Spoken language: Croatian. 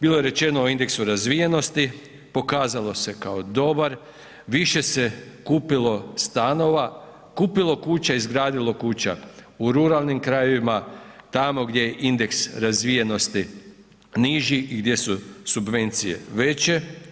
Bilo je rečeno o indeksu razvijenosti, pokazalo se kao dobar, više se kupilo stanova, kupilo kuća, izgradilo kuća u ruralnim krajevima tamo gdje indeks razvijenosti niži i gdje su subvencije veće.